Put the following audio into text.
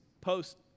post